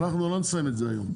אנחנו לא נסיים את זה היום,